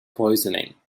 poisoning